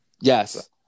Yes